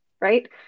right